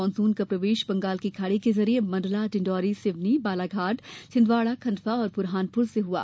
monsoon का प्रवेश बंगाल की खाड़ी के जरिए मंडला डिण्डोरी सिवनी बालाघाट छिन्दवाड़ा खंडवा और बुरहानपुर से हुआ